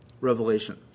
revelation